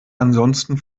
ansonsten